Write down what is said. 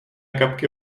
kapky